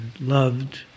loved